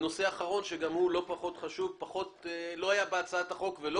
ונושא אחרון שגם הוא לא פחות חשוב הוא לא היה בהצעת החוק ולא